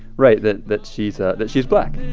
right, that that she's ah that she's black